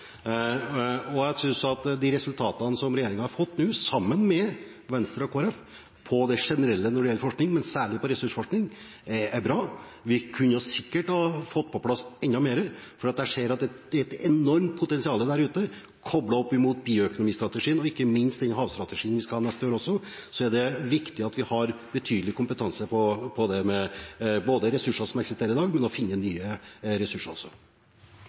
nødvendig. Jeg synes at de resultatene som regjeringen nå har fått sammen med Venstre og Kristelig Folkeparti på det generelle når det gjelder forskning, og særlig når det gjelder ressursforskning, er bra. Vi kunne sikkert fått på plass enda mer, for jeg ser at det er et enormt potensial koblet opp mot bioøkonomistrategien. Ikke minst med hensyn til den havstrategien vi skal ha neste år, er det viktig at vi har betydelig kompetanse når det gjelder både ressurser som eksisterer i dag, og også å finne nye ressurser.